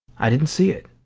i didn't see it.